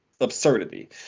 absurdity